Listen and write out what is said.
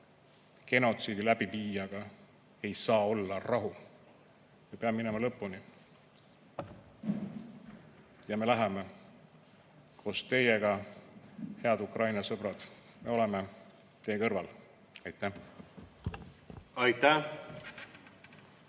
genotsiidi läbiviijaga ei saa olla rahu. Me peame minema lõpuni ja me läheme koos teiega. Head Ukraina sõbrad, me oleme teie kõrval. Aitäh! Aitäh!